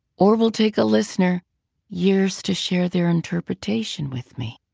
or will take a listener years to share their interpretation with me.